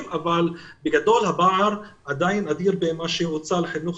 אבל בגדול הפער עדיין אדיר בין מה שהוצא על החינוך